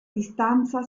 distanza